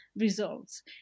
results